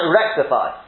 rectify